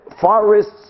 forest's